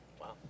wow